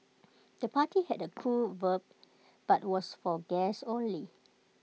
the party had A cool vibe but was for guests only